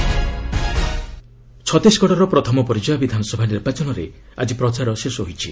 Chhattisgarh campaigning ଛତିଶଗଡ଼ର ପ୍ରଥମ ପର୍ଯ୍ୟାୟ ବିଧାନସଭା ନିର୍ବାଚନରେ ଆଜି ପ୍ରଚାର ଶେଷ ହୋଇଛି